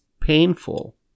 painful